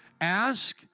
Ask